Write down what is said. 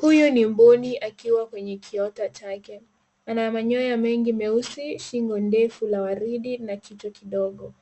Huyu ni mbuni akiwa kwenye kiota chake. Ana manyoya mengi meusi, shingo ndefu la waridi na kichwa kidogo.